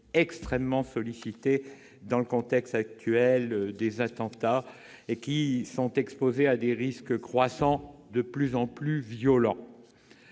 -extrêmement sollicités dans le contexte lié aux attentats et exposés à des risques croissants et de plus en plus violents.